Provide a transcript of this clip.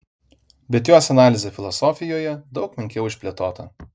bet jos analizė filosofijoje daug menkiau išplėtota